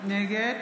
נגד